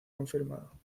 confirmado